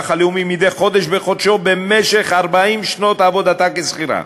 הלאומי מדי חודש בחודשו במשך 40 שנות עבודתה כשכירה.